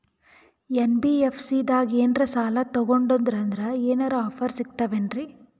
NBFC ದಾಗ ಏನ್ರ ಸಾಲ ತೊಗೊಂಡ್ನಂದರ ಏನರ ಆಫರ್ ಸಿಗ್ತಾವೇನ್ರಿ?